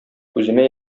күземә